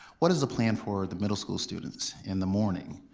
what is the plan for the middle school students in the morning,